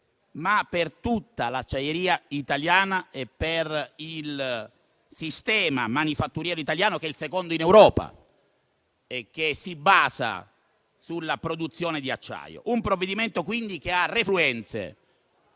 la produzione di acciaio italiana e per il sistema manifatturiero italiano, che è il secondo in Europa e si basa sulla produzione di acciaio; un provvedimento, quindi, che ha refluenze